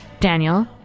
Daniel